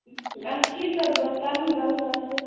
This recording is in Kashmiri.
آ ٹھیک حظ بہٕ حظ کرنہٕ غلط تۄہہِ سۭتۍ